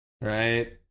right